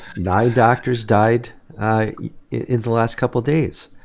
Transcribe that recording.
nine doctors died in the last couple days